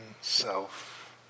self